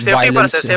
violence